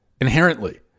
inherently